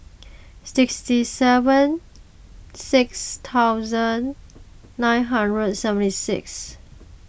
sixty even six thousand nine hundred seventy six